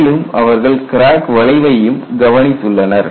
மேலும் அவர்கள் கிராக் வளைவையும் கவனித்துள்ளனர்